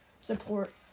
support